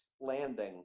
Landing